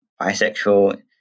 bisexual